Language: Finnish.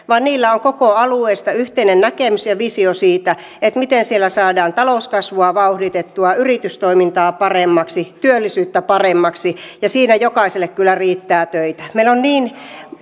vaan niillä on koko alueesta yhteinen näkemys ja visio siitä miten siellä saadaan talouskasvua vauhditettua yritystoimintaa paremmaksi työllisyyttä paremmaksi ja siinä jokaiselle kyllä riittää töitä meillä on niin